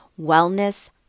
Wellness